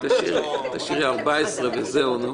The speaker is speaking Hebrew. תשאירי 14 וזהו.